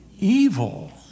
evil